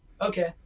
okay